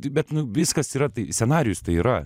bet nu viskas yra tai scenarijus tai yra